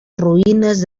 ruïnes